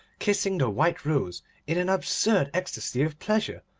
kissing the white rose in an absurd ecstasy of pleasure,